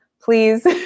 please